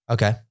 Okay